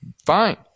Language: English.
fine